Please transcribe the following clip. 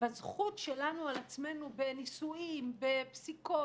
בזכות שלנו על עצמנו בנישואים, בפסיקות,